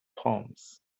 proms